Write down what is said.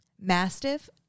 Mastiff